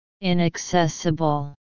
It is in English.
Inaccessible